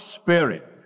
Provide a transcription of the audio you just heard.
spirit